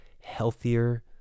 healthier